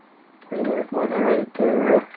remove moderator,